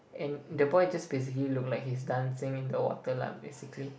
and the boy just basically look like he's dancing in the water lah basically